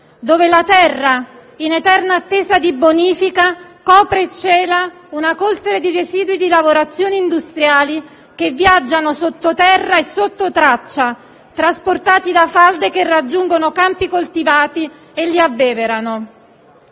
dove la terra, in eterna attesa di bonifica, copre e cela una coltre di residui di lavorazioni industriali che viaggiano sottoterra e sottotraccia, trasportati da falde che raggiungono campi coltivati e li abbeverano?